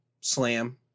slam